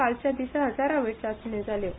कालच्या दिसा हजारावयर चाचण्यो जाल्यो